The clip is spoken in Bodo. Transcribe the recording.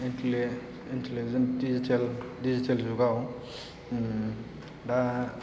इन्टेलिजेन्ट डिजिटेल जुगाव दा